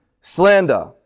slander